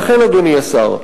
לכן, אדוני השר,